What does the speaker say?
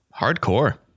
hardcore